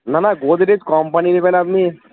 না না গোদরেজ কোম্পানি নেবেন আপনি